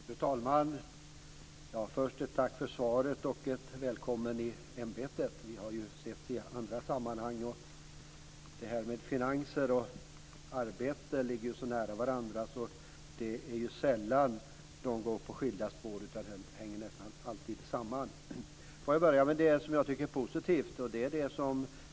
Fru talman! Först vill jag tacka för svaret och hälsa Bosse Ringholm välkommen i ämbetet. Vi har ju setts i andra sammanhang. Finanser och arbete ligger nära varandra. Dessa områden går sällan på skilda spår. De hänger nästan alltid samman. Låt mig börja med det som är positivt.